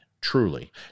truly